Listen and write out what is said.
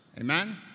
Amen